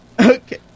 Okay